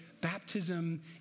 baptism